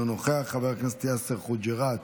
אינו נוכח, חבר הכנסת יאסר חוג'יראת,